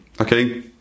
Okay